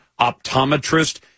optometrist